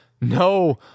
No